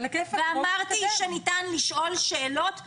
אמרתי שניתן לשאול שאלות רלוונטיות,